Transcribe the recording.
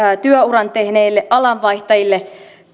työuran tehneille alanvaihtajille